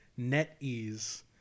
NetEase